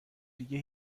دیگه